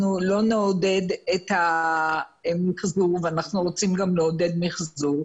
לא נעודד את המיחזור ואנחנו רוצים גם לעודד מיחזור.